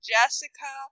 Jessica